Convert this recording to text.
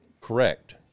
Correct